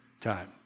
time